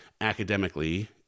academically